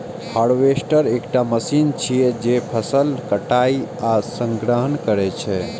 harvester एकटा machine छियै, जे फसलक कटाइ आ संग्रहण करै छै